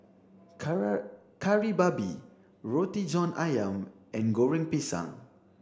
Kari Babi Roti John Ayam and goreng pisang